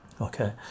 okay